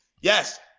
Yes